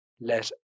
let